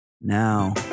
now